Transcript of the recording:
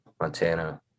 Montana